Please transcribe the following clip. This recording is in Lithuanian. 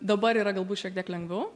dabar yra galbūt šiek tiek lengviau